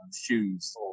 shoes